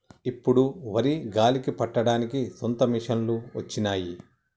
ఇప్పుడు వరి గాలికి పట్టడానికి సొంత మిషనులు వచ్చినాయి